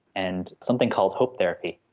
and something called hope therapy.